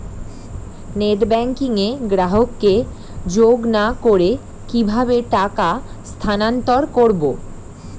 Net banking এ গ্রাহককে যোগ না করে কিভাবে টাকা স্থানান্তর করব?